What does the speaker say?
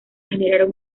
generar